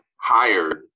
hired